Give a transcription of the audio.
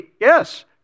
yes